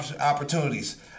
opportunities